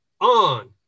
on